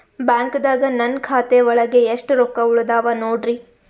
ಬ್ಯಾಂಕ್ದಾಗ ನನ್ ಖಾತೆ ಒಳಗೆ ಎಷ್ಟ್ ರೊಕ್ಕ ಉಳದಾವ ನೋಡ್ರಿ?